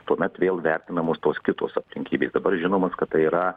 tuomet vėl vertinamos tos kitos aplinkybės dabar žinomas kad tai yra